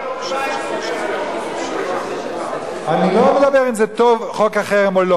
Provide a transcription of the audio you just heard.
תקרא מה ה"ניו-יורק טיימס" כותב היום על חוק החרם.